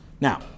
Now